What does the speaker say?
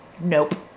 nope